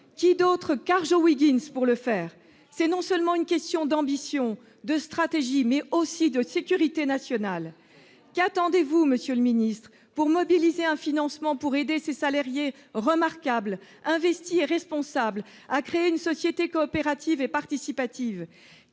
Qui d'autre qu'Arjowiggins pour le faire ? C'est une question, non seulement d'ambition, de stratégie, mais aussi de sécurité nationale. Qu'attendez-vous, monsieur le Premier ministre, pour mobiliser un financement en vue d'aider ces salariés remarquables, investis et responsables, à créer une société coopérative et participative ?